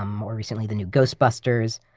um more recently, the new ghostbusters,